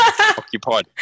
occupied